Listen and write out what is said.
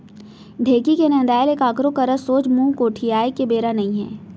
ढेंकी के नंदाय ले काकरो करा सोझ मुंह गोठियाय के बेरा नइये